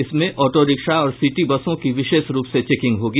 इसमें auto rickshaw और city बसों की विशेष रूप से चेकिंग होगी